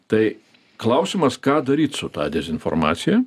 tai klausimas ką daryt su ta dezinformacija